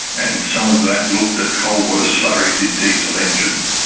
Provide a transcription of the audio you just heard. and some of that looked at coal-water slurries in diesel engines.